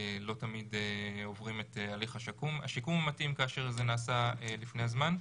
לא תמיד עוברים את הליך השיקום המתאים כאשר זה נעשה לפני הזמן.